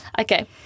okay